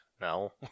No